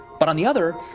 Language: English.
but on the other,